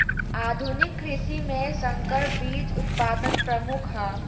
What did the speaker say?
आधुनिक कृषि में संकर बीज उत्पादन प्रमुख ह